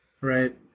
right